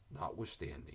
notwithstanding